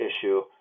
issue